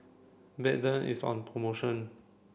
Bedpans is on promotion